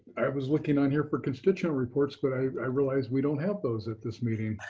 i was looking on here for constituent reports, but i realize we don't have those at this meeting.